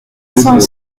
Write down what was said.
cent